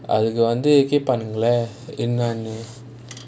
அதுக்கு வந்து கேப்பானுங்க:athuku vanthu kepaanunga lah என்னனு:ennanu